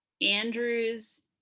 Andrew's